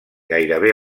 gairebé